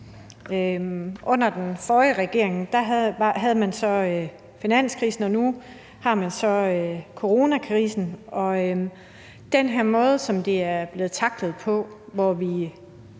Under den forrige regering havde man altså finanskrisen, og nu har man så coronakrisen, og den her måde, som det er blevet tacklet på. I den